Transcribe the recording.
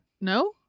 No